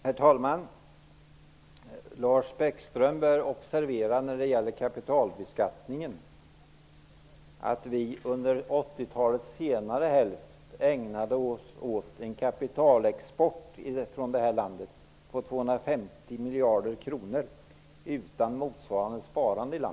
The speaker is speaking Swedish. Herr talman! Lars Bäckström bör när det gäller kapitalbeskattningen observera att vi under 80 talets senare hälft ägnade oss åt en kapitalexport från detta land på 250 miljarder kronor utan ett motsvarande sparande.